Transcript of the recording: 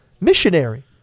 missionary